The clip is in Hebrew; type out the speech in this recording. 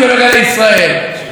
בכל התקשורת,